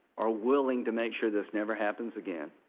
are willing to make sure this never happens again.